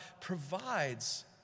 provides